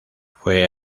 fue